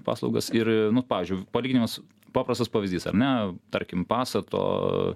paslaugas ir pavyzdžiui palyginimas paprastas pavyzdys ar ne tarkim pastato